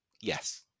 yes